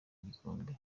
igikombe